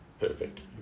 perfect